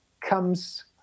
comes